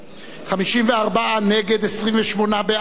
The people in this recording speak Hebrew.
54 נגד, 28 בעד, אין נמנעים.